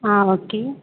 ஆ okay